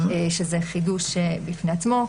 זה חידוש בפני עצמו.